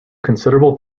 considerable